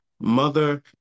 mother